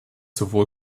sowohl